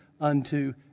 unto